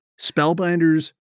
Spellbinders